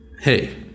hey